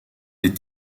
est